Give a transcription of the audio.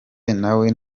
nawe